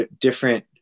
different